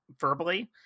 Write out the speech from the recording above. verbally